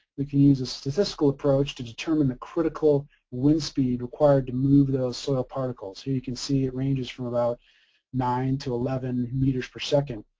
we can use a statistical approach to determine the critical wind speed required to move those soil particles. here you can see it ranges from about nine eleven meters per second,